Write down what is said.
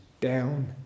down